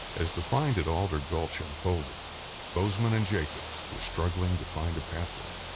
as the find at alder gulch unfolded bozeman and jacobs were struggling to find a pathway.